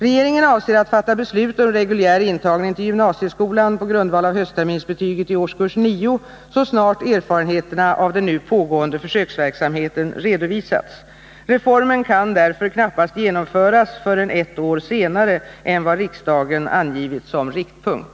Regeringen avser att fatta beslut om reguljär intagning till gymnasieskolan på grundval av höstterminsbetyget i årskurs 9 så snart erfarenheterna av den nu pågående försöksverksamheten redovisats. Reformen kan därför knappast genomföras förrän ett år senare än vad riksdagen angivit som riktpunkt.